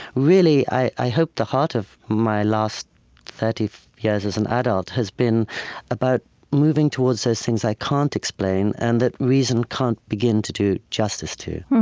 really, i i hope the heart of my last thirty years as an adult has been about moving towards those things i can't explain and that reason can't begin to do justice to